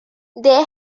they